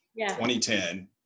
2010